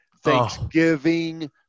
Thanksgiving